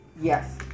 Yes